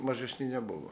mažesni nebuvo